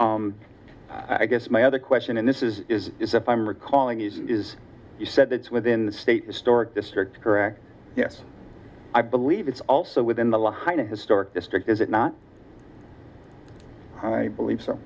go i guess my other question in this is is is if i'm recalling it is you said it's within the state historic district correct yes i believe it's also within the height of historic district is it not i believe so